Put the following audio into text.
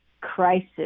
crisis